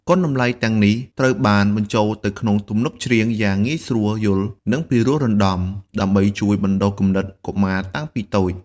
គុណតម្លៃទាំងនេះត្រូវបានបញ្ចូលទៅក្នុងទំនុកច្រៀងយ៉ាងងាយស្រួលយល់ និងពិរោះរណ្ដំ ដើម្បីជួយបណ្ដុះគំនិតកុមារតាំងពីតូច។